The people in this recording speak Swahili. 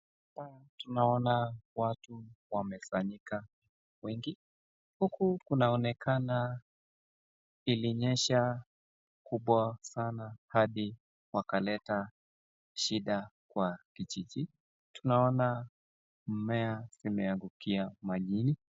Tunaona watu wamesanyika wengi ,huku kunaonekana ilinyesha kubwa sana hadi wakaleta shinda kwa Kijiji ,tunaona mimea zimeangukia maji.